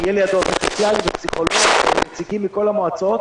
שיהיה לידו עובד סוציאלי ופסיכולוג ונציגים מכל המועצות,